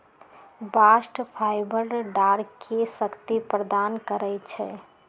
bast fibre डांरके शक्ति प्रदान करइ छै